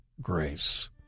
grace